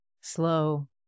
Slow